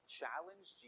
challenge